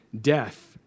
death